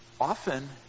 Often